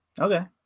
Okay